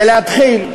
ולהתחיל.